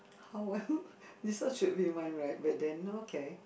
how well this one should be mine right but then okay